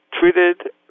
treated